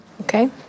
Okay